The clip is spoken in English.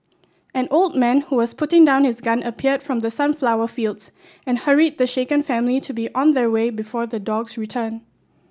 an old man who was putting down his gun appeared from the sunflower fields and hurried the shaken family to be on their way before the dogs return